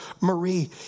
Marie